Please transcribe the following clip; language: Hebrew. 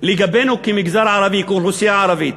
לגבינו כמגזר ערבי,